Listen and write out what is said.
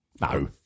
No